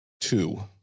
Two